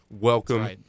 Welcome